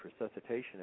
resuscitation